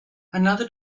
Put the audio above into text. another